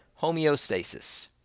Homeostasis